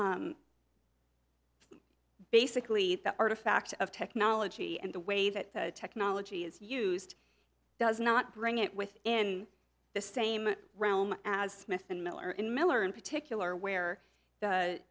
s basically the artifacts of technology and the way that technology is used does not bring it with in the same realm as smith and miller in miller in particular where the